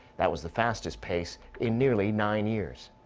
that was the fastest pace in nearly nine-years.